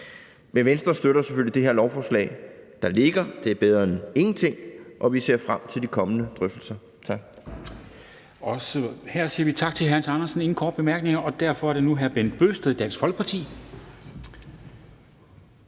Men Venstre støtter selvfølgelig det her lovforslag, der ligger, for det er bedre end ingenting, og vi ser frem til de kommende drøftelser. Tak.